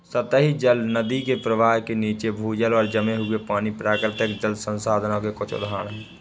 सतही जल, नदी के प्रवाह के नीचे, भूजल और जमे हुए पानी, प्राकृतिक जल संसाधनों के कुछ उदाहरण हैं